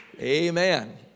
Amen